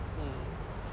mm